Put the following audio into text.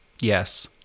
Yes